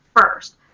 first